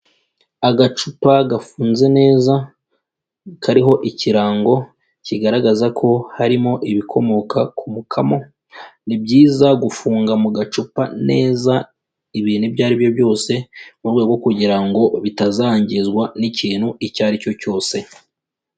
Agacupa gafunze neza kariho ikirango kigaragaza ko harimo ibikomoka ku mukamo. ni byiza gufunga mu gacupa neza ibintu ibyo aribyo byose mu rwego kugira ngo bitazangizwa n'ikintu icyo ari cyo cyose.